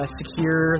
secure